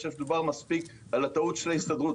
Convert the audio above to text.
אני חושב שדובר מספיק על הטעות של ההסתדרות,